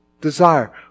desire